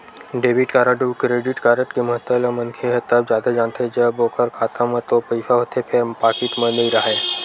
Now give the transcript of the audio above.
debit card अउ credit card के महत्ता ल मनखे ह तब जादा जानथे जब ओखर खाता म तो पइसा होथे फेर पाकिट म नइ राहय